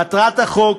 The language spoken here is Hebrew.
מטרת החוק